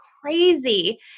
crazy